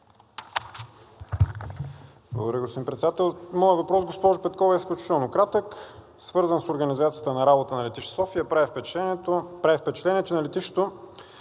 Благодаря, господин Председател. Моят въпрос, госпожо Петкова, е изключително кратък, свързан с организацията на работата на летище София. Прави впечатление, че на летището